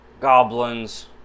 goblins